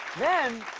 then.